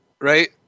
right